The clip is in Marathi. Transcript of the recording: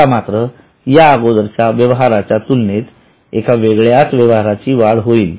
आता मात्र या अगोदरच्या व्यवहाराच्या तुलनेत एका वेगळ्याच व्यवहाराची वाढ होईल